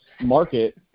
market